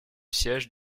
siège